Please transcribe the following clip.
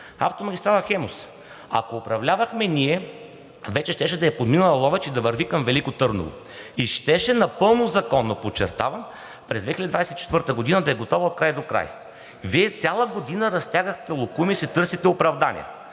Автомагистрала „Хемус“ – ако управлявахме ние, вече щеше да е подминала Ловеч и да върви към Велико Търново, и щеше напълно законно, подчертавам, през 2024 г. да е готова от край до край. Вие цяла година разтягахте локуми и си търсихте оправдания,